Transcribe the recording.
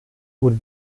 wurde